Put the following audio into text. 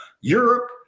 Europe